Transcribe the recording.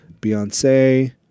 Beyonce